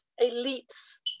elite's